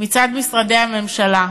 מצד משרדי הממשלה,